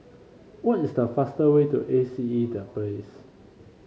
what is the fastest way to A C E The Place